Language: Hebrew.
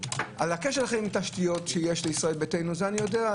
על הקשר שלכם עם תשתיות שיש לישראל ביתנו זה אני יודע,